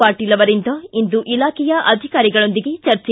ಪಾಟೀಲ್ ಅವರಿಂದ ಇಂದು ಇಲಾಖೆಯ ಅಧಿಕಾರಿಗಳೊಂದಿಗೆ ಚರ್ಚೆ